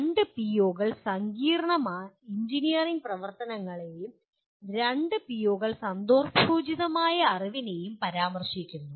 രണ്ട് പിഒകൾ സങ്കീർണ്ണ എഞ്ചിനീയറിംഗ് പ്രവർത്തനങ്ങളെയും രണ്ട് പിഒകൾ സന്ദർഭോചിതമായ അറിവിനെയും പരാമർശിക്കുന്നു